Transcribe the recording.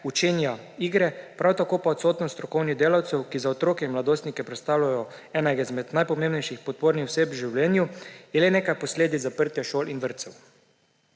učenja igre, prav tako pa odsotnost strokovnih delavcev, ki za otroke in mladostnike predstavljajo enega izmed najpomembnejših podpornih oseb v življenju, je le nekaj posledic zaprtja šol in vrtcev.